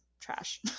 trash